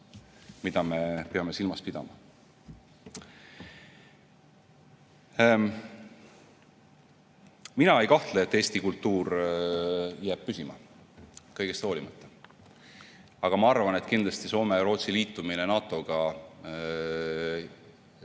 mida me peame silmas pidama. Mina ei kahtle, et Eesti kultuur jääb püsima, kõigest hoolimata. Aga ma arvan, et Soome ja Rootsi liitumine NATO-ga